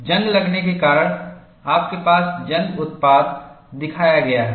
जंग लगने के कारण आपके पास जंग उत्पाद दिखाया गया है